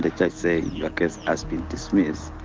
the judge said your case has been dismissed.